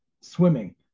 swimming